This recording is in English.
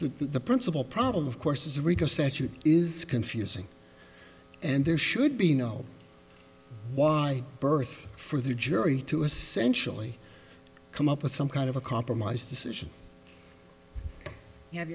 the principle problem of course is the rico statute is confusing and there should be no why berthe for the jury to essentially come up with some kind of a compromise decision you have